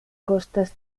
costas